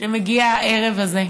שמגיע הערב הזה.